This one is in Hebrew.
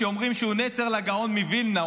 שאומרים שהוא נצר לגאון מווילנה.